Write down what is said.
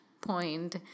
point